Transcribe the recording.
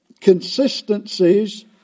consistencies